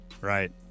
Right